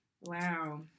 Wow